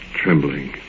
trembling